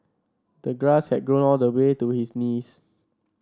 the grass had grown all the way to his knees